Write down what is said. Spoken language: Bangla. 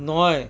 নয়